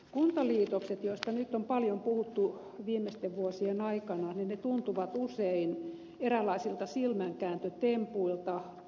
kuntaliitokset joista nyt on paljon puhuttu viimeisten vuosien aikana tuntuvat usein eräänlaisilta silmänkääntötempuilta